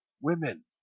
women